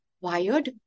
wired